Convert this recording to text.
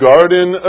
Garden